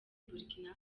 burkina